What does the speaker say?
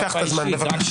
קח את הזמן בבקשה.